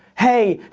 hey,